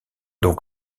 donc